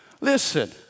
Listen